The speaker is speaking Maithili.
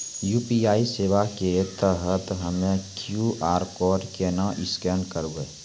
यु.पी.आई सेवा के तहत हम्मय क्यू.आर कोड केना स्कैन करबै?